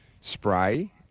spray